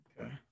Okay